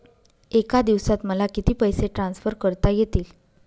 एका दिवसात मला किती पैसे ट्रान्सफर करता येतील?